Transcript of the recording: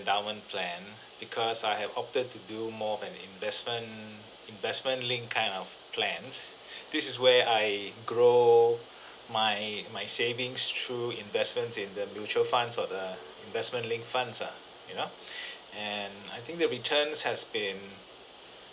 endowment plan because I have opted to do more of an investment investment linked kind of plans this is where I grow my my savings through investments in the mutual funds or the investment linked funds ah you know and I think the returns has been